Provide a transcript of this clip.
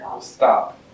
stop